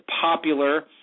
popular